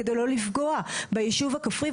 כדי לא לפגוע ביישוב הכפרי,